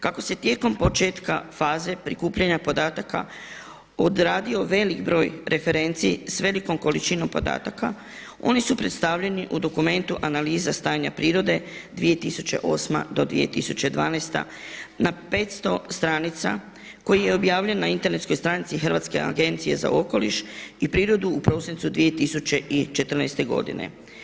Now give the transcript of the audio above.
Kako se tijekom početka faze prikupljanja podataka odradio velik broj referenci s velikom količinom podataka oni su predstavljeni u dokumentu Analiza stanja prirode 2008. do 2012. na 500 stranica koji je objavljen na internetskoj stranici Hrvatske agencije za okoliš i prirodu u prosincu 2014. godine.